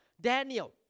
Daniel